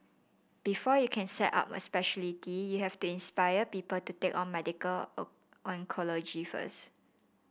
before you can set up a speciality you have to inspire people to take on medical oncology first